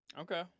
Okay